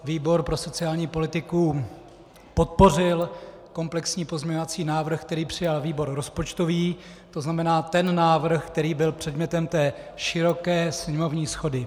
Výbor pro sociální politiku podpořil komplexní pozměňovací návrh, který přijal výbor rozpočtový, tzn. ten návrh, který byl předmětem té široké sněmovní shody.